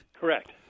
Correct